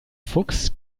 fuchs